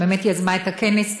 שיזמה את הכנס,